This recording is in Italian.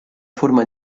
forma